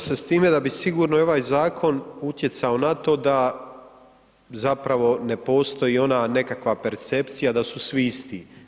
Slažem se s time da bi sigurno i ovaj zakon utjecao na to da zapravo ne postoji ona nekakva percepcija da su svi isti.